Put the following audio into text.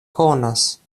konas